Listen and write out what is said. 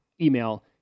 email